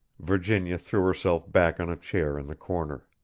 virginia threw herself back on a chair in the corner.